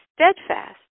steadfast